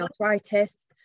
arthritis